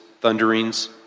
thunderings